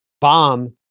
bomb